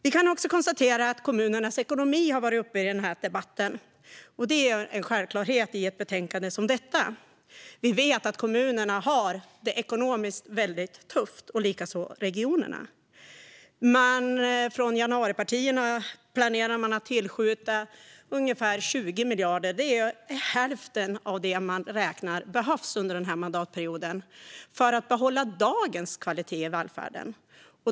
Vi kan också konstatera att kommunernas ekonomi har tagits upp i denna debatt. Det är en självklarhet när det gäller ett betänkande som detta. Vi vet att kommunerna, och även regionerna, har det mycket tufft ekonomiskt. Men från januaripartierna planerar man att tillskjuta ungefär 20 miljarder kronor. Det är hälften av det som man räknar med behövs under denna mandatperiod för att behålla dagens kvalitet i välfärden.